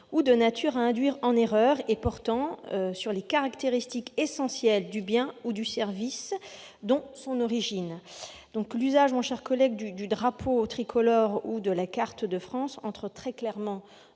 ou de nature à induire en erreur et portant sur [...] les caractéristiques essentielles du bien ou du service [dont] son origine ». Mon cher collègue, l'usage du drapeau tricolore ou de la carte de France entre très clairement